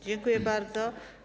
Dziękuję bardzo.